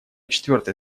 четвертое